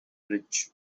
bridge